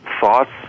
thoughts